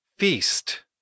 Feast